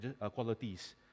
qualities